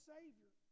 Savior